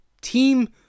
team